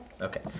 Okay